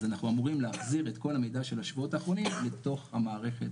אז אנחנו אמורים להחזיר את כל המידע של השבועות האחרונים מתוך המערכת.